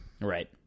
right